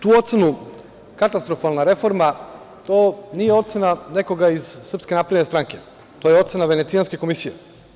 Tu ocenu katastrofalna reforma, to nije ocena nekoga iz SNS, to je ocena Venecijanske komisije.